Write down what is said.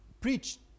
preached